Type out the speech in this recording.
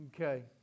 Okay